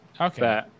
Okay